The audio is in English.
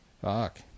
fuck